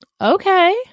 Okay